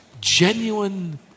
genuine